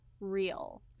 real